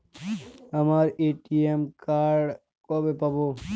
আমার ATM card কবে পাব?